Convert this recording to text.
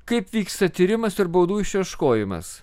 kaip vyksta tyrimas ir baudų išieškojimas